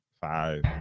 Five